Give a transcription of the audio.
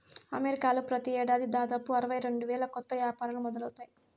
అమెరికాలో ప్రతి ఏడాది దాదాపు అరవై రెండు వేల కొత్త యాపారాలు మొదలవుతాయి